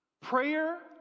Prayer